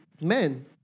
Men